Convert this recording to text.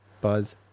Buzz